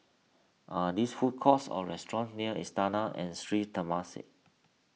are these food courts or restaurants near Istana and Sri Temasek